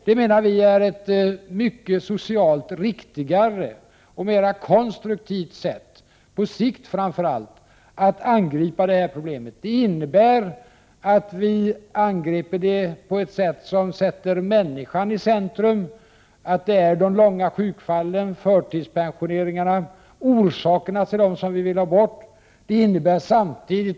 Vi menar att detta är ett socialt mycket riktigare och mer konstruktivt sätt, framför allt på sikt, att angripa detta problem. Det innebär att vi angriper problemet på ett sätt som sätter människan i centrum — att det är de långvariga sjukfallen, förtidspensioneringarna och orsakerna till dessa som vi vill ha bort.